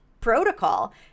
protocol